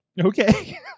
Okay